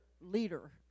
leader